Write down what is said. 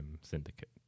syndicate